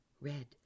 red